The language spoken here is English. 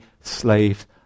slaves